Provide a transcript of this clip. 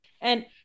And-